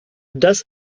das